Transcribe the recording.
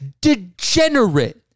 degenerate